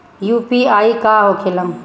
UPI का होखेला?